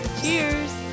Cheers